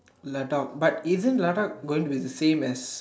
light out but isn't light out going to be the same as